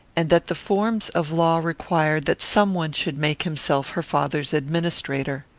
and that the forms of law required that some one should make himself her father's administrator.